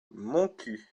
montcuq